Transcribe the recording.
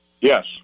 yes